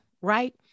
right